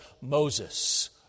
Moses